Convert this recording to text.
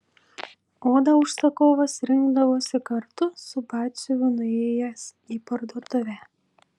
odą užsakovas rinkdavosi kartu su batsiuviu nuėjęs į parduotuvę